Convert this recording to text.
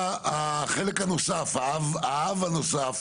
החלק הנוסף, האב הנוסף